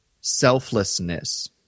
selflessness